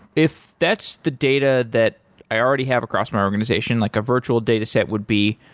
if that's the data that i already have across my organization, like a virtual dataset would be